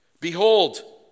Behold